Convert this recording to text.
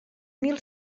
mil